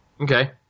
Okay